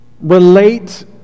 relate